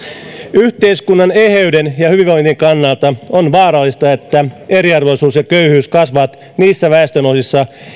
yhteiskunnan eheyden ja hyvinvoinnin kannalta on vaarallista että eriarvoisuus ja köyhyys kasvavat niissä väestönosissa